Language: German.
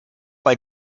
bei